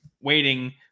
waiting –